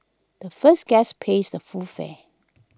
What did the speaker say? the first guest pays the full fare